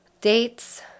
dates